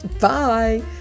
Bye